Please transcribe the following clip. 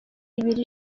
ibiri